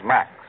Max